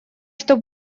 что